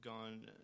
gone